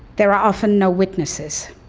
there are often no witnesses.